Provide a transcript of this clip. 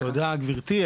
תודה גברתי,